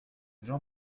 jean